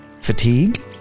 fatigue